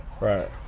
Right